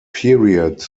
period